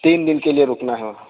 تین دن کے لیے رکنا ہے وہاں